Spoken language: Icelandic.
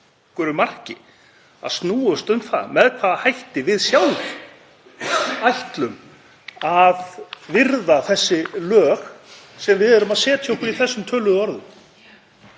einhverju marki að snúast um það með hvaða hætti við sjálf ætlum að virða þau lög sem við erum að setja okkur í þessum töluðu orðum.